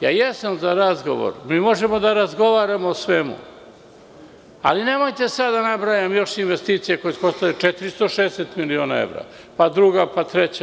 Jesam za razgovor, možemo da razgovaramo o svemu, ali nemojte sad da nabrajam još investicije koje su koštale 460 miliona evra, pa druga, pa treća.